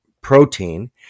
protein